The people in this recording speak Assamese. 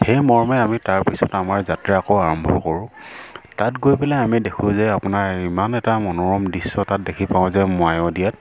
সেই মৰ্মে আমি তাৰপিছত আমাৰ যাত্ৰা আকৌ আৰম্ভ কৰোঁ তাত গৈ পেলাই আমি দেখোঁ যে আপোনাৰ ইমান এটা মনোৰম দৃশ্য তাত দেখি পাওঁ যে মায়'দিয়াত